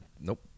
nope